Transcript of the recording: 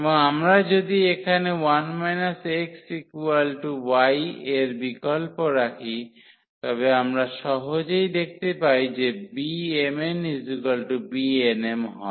এবং আমরা যদি এখানে 1 x y এর বিকল্প রাখি তবে আমরা সহজেই দেখতে পাই যে BmnBnm হয়